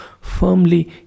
firmly